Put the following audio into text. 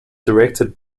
directed